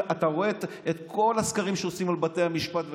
אתה רואה את כל הסקרים שעושים על בתי המשפט וכו',